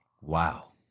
Wow